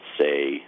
say